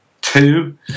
two